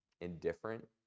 indifferent